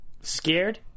Scared